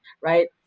right